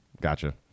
Gotcha